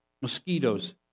mosquitoes